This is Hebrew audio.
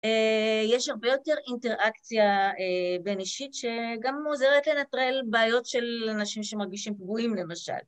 יש הרבה יותר אינטראקציה בין אישית שגם עוזרת לנטרל בעיות של אנשים שמרגישים פגועים למשל.